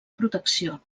protecció